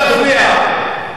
שאלה לשר.